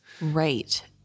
Right